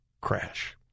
crash